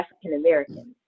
African-Americans